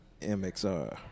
MXR